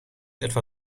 etwa